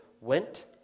went